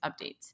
updates